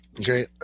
okay